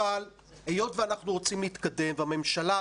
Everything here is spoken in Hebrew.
אבל היות שאנחנו רוצים להתקדם והממשלה,